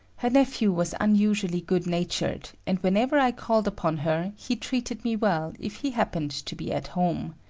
her nephew was unusually good-natured, and whenever i called upon her, he treated me well if he happened to be at home.